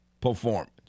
performance